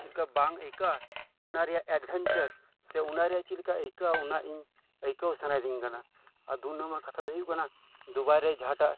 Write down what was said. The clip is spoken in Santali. ᱪᱮᱫ ᱠᱟ ᱵᱟᱝ ᱟᱹᱭᱠᱟᱹᱜᱼᱟ ᱚᱱᱟ ᱨᱮᱭᱟᱜ ᱮᱰᱵᱷᱮᱧᱪᱟᱨ ᱥᱮ ᱚᱱᱟ ᱨᱮᱭᱟᱜ ᱪᱮᱫ ᱞᱮᱠᱟ ᱟᱹᱭᱠᱟᱹᱜᱼᱟ ᱚᱱᱟ ᱤᱧ ᱟᱹᱭᱠᱟᱹᱣ ᱥᱟᱱᱟᱭᱤᱫᱤᱧ ᱠᱟᱱᱟ ᱟᱨ ᱫᱩ ᱱᱚᱢᱵᱚᱨ ᱠᱟᱛᱷᱟ ᱫᱚ ᱦᱳᱭᱳᱜ ᱠᱟᱱᱟ ᱫᱩᱵᱟᱭ ᱨᱮ ᱡᱟᱦᱟᱸᱴᱟᱜ